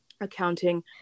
accounting